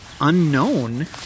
unknown